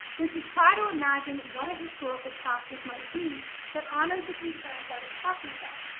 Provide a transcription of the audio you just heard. was to try to imagine what a historical practice might be that honored the concerns i was talking about.